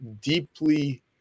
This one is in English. deeply